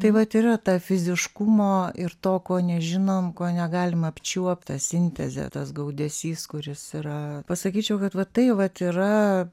tai vat yra ta fiziškumo ir to ko nežinom ko negalim apčiuopt ta sintezė tas gaudesys kuris yra pasakyčiau kad va tai vat yra